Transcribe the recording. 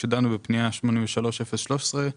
כאשר דנו בפנייה מספר 83-013,